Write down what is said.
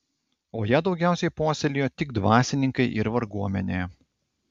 o ją daugiausiai puoselėjo tik dvasininkai ir varguomenė